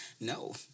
No